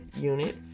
Unit